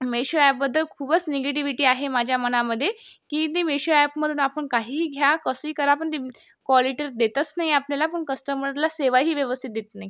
मेशो अॅपबद्दल खूपच निगेटिविटी आहे माझ्या मनामध्ये की ते मेशो अॅपमधून आपण काहीही घ्या कसंही करा पण ती क्वालिटी देतच नाही आपल्याला पण कस्टमरला सेवाही व्यवस्थित देत नाही